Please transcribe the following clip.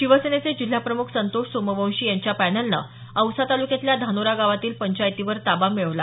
शिवसेनेचे जिल्हा प्रमुख संतोष सोमवंशी यांच्या पॅनेलनं औसा तालुक्यातील धानोरा गावातील पंचायतीवर ताबा मिळवला